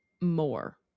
more